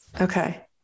Okay